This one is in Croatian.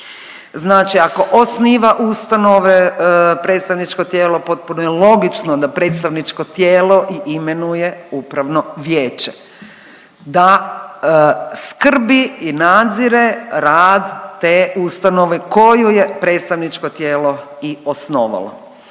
znači ako osniva ustanove predstavničko tijelo potpuno je logično da predstavničko tijelo i imenuje upravno vijeće, da skrbi i nadzire rad te ustanove koju je predstavničko tijelo i osnovalo.